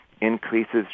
increases